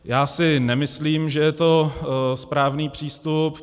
Já si nemyslím, že je to správný přístup.